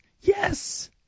yes